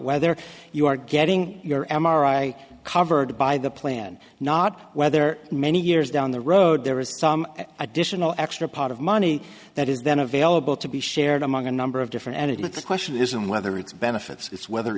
whether you are getting your m r i covered by the plan not whether many years down the road there is some additional extra pot of money that is then available to be shared among a number of different entities the question isn't whether it's benefits it's whether